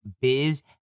Biz